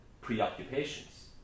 preoccupations